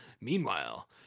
Meanwhile